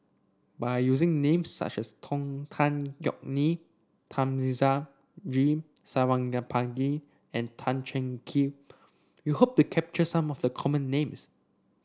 by using names such as Tong Tan Yeok Nee Thamizhavel G Sarangapani and Tan Cheng Kee we hope to capture some of the common names